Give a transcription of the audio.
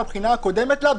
בבחינה הקודמת לה,